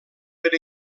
per